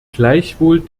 gleichwohl